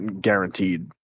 guaranteed